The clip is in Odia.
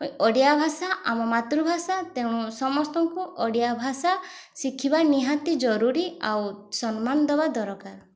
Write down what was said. ଓଡ଼ିଆ ଭାଷା ଆମ ମାତୃଭାଷା ତେଣୁ ସମସ୍ତଙ୍କୁ ଓଡ଼ିଆ ଭାଷା ଶିଖିବା ନିହାତି ଜରୁରୀ ଆଉ ସମ୍ମାନ ଦେବା ଦରକାର